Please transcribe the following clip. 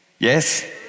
Yes